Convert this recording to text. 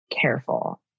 careful